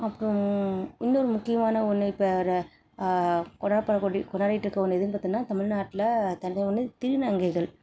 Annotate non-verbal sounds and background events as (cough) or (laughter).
அப்றம் இன்னொரு முக்கியமான ஒன்று இப்போ கொண்டாடப்படக்கூடிய கொண்டாடிட்டுருக்க ஒன்று எதுன்னு பார்த்தோம்னா தமிழ்நாட்டில் (unintelligible) ஒன்று திருநங்கைகள்